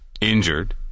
injured